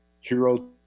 hero